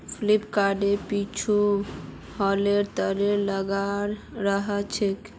planter ट्रैक्टरेर पीछु हलेर तरह लगाल रह छेक